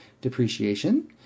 depreciation